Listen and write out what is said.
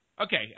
Okay